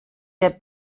der